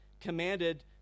commanded